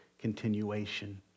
continuation